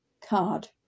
card